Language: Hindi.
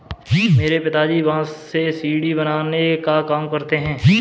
मेरे पिताजी बांस से सीढ़ी बनाने का काम करते हैं